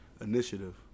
initiative